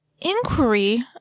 inquiry